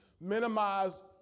minimize